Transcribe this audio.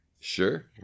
Sure